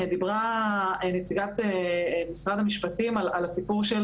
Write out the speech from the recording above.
דיברה נציגת משרד המשפטים על הסיפור של